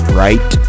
right